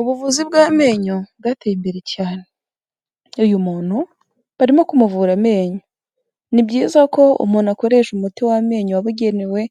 Ubuvuzi bw'amenyo bwateye imbere cyane, uyu muntu barimo kumuvura amenyo, ni byiza ko umuntu akoresha umuti w'amenyo wabugenewe